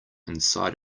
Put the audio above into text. inside